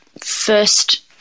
first